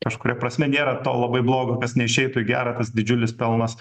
kažkuria prasme nėra to labai blogo kas neišeitų į gera tas didžiulis pelnas